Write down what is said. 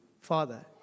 father